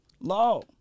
Law